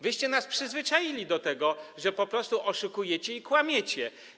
Wyście nas przyzwyczaili do tego, że po prostu oszukujecie i kłamiecie.